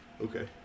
okay